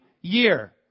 year